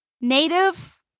Native